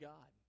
God